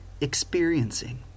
experiencing